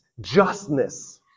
justness